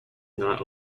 not